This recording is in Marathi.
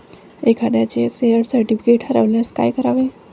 एखाद्याचे शेअर सर्टिफिकेट हरवल्यास काय करावे?